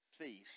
feast